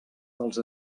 dels